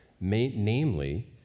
Namely